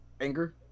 anger